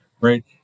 right